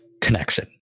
connection